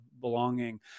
belonging